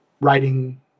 writing